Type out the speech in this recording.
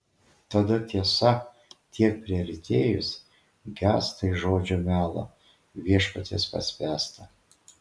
tada tiesa tiek priartėjus gęsta į žodžio melą viešpaties paspęstą